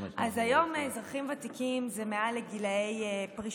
אז היום אזרחים ותיקים זה מעל גיל הפרישה,